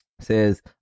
says